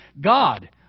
God